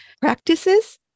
practices